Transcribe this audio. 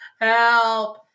Help